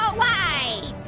ah why?